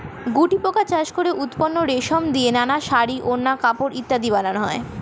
গুটিপোকা চাষ করে উৎপন্ন রেশম দিয়ে নানা শাড়ী, ওড়না, কাপড় ইত্যাদি বানানো হয়